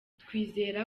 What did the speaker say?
twizera